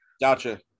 Gotcha